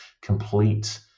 complete